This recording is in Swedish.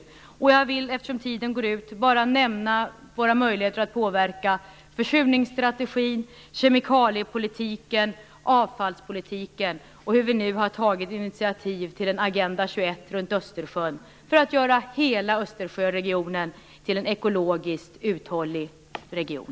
Eftersom min taletid nästan är slut vill jag bara nämna våra möjligheter att påverka försurningsstrategin, kemikaliepolitiken och avfallspolitiken och hur vi nu har tagit initiativ till en Agenda 21 runt Östersjön för att göra hela Östersjöregionen till en ekologiskt uthållig region.